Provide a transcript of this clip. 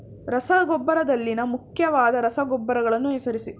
ರಸಗೊಬ್ಬರದಲ್ಲಿನ ಮುಖ್ಯವಾದ ರಸಗೊಬ್ಬರಗಳನ್ನು ಹೆಸರಿಸಿ?